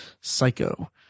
Psycho